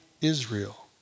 Israel